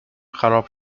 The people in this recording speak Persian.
خراب